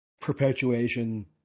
perpetuation